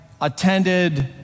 attended